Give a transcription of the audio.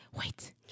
wait